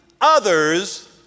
others